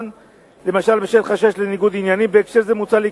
המשרה יוכל להטיל את הטיפול באותו עניין על עובד